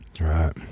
Right